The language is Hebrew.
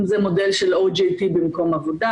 אם זה מודל של OGT במקום העבודה,